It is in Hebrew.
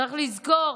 צריך לזכור